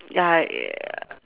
ya